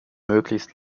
möglichst